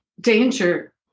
danger